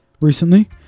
recently